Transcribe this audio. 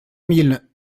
mille